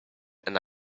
and